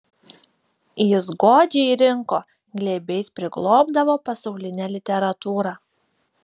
jis godžiai rinko glėbiais priglobdavo pasaulinę literatūrą